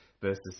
verses